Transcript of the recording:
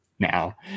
Now